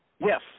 Yes